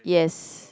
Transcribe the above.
yes